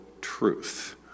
truth